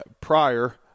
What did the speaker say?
prior –